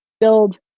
build